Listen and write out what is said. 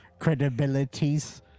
Credibilities